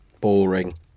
Boring